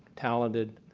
talented,